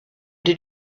did